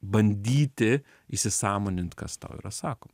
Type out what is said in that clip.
bandyti įsisąmonint kas tau yra sakoma